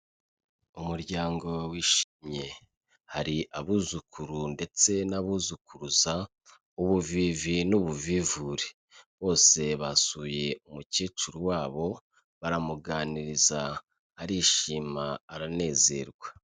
Umuryango wishimye, hari abuzukuru ndetse n'abuzukuruza, ubuvivi n'ubuvivure, bose basuye umukecuru wabo, baramuganiriza arishima aranezerwa.